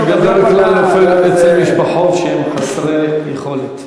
זה בדרך כלל נופל אצל משפחות של חסרי יכולת.